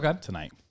tonight